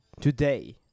today